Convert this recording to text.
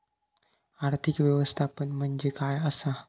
आर्थिक व्यवस्थापन म्हणजे काय असा?